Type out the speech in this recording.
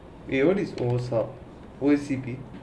even it's closed up O_C_D